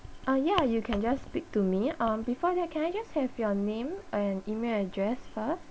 uh yeah you can just speak to me um before that can I just have your name and email address first